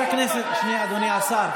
שנייה, אדוני השר.